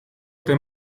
otra